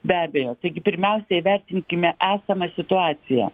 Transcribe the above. be abejo taigi pirmiausia įvertinkime esamą situaciją